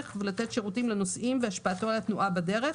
ולתת שירות לנוסעים והשפעתו על התנועה בדרך,